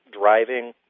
driving